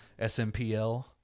SMPL